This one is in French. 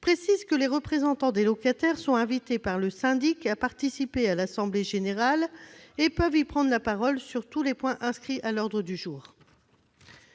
précise que les représentants des locataires sont « invités » par le syndic à participer à l'assemblée générale et peuvent y prendre la parole sur tous les points inscrits à l'ordre du jour.